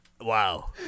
Wow